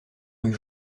rue